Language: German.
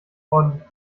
ordentlich